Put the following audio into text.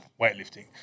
weightlifting